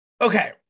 Okay